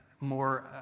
more